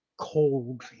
Cold